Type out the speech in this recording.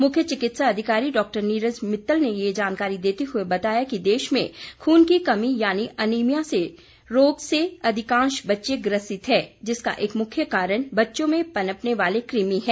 मुख्य चिकित्सा अधिकारी डॉ नीरज मित्तल ने ये जानकारी देते हुए बताया कि देश में खून की कमी यानि अनीमिया रोग से अधिकांश बच्चे ग्रसित हैं जिसका एक मुख्य कारण बच्चों में पनपने वाले कृमि हैं